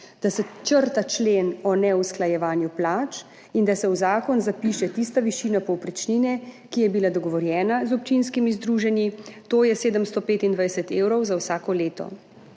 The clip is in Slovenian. da se črta člen o neusklajevanju plač in da se v zakon zapiše tista višina povprečnine, ki je bila dogovorjena z občinskimi združenji, to je 725 evrov za vsako leto.